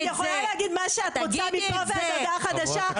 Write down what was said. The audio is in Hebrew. את יכולה להגיד מה שאת רוצה מפה ועד הודעה חדשה,